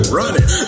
running